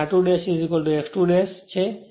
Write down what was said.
અહી r2 x 2 છે